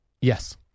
yes